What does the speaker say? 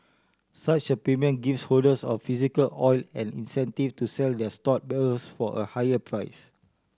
such a premium gives holders of physical oil an incentive to sell their stored barrels for a higher price